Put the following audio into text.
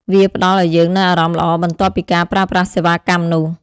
វាផ្ដល់ឱ្យយើងនូវអារម្មណ៍ល្អបន្ទាប់ពីការប្រើប្រាស់សេវាកម្មនោះ។